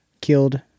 killed